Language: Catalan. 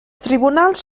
tribunals